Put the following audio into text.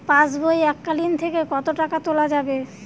পাশবই এককালীন থেকে কত টাকা তোলা যাবে?